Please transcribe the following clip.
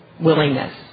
willingness